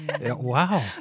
Wow